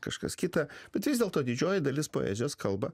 kažkas kita bet vis dėlto didžioji dalis poezijos kalba